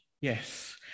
yes